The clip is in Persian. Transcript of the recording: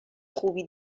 خوبی